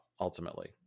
ultimately